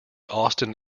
austin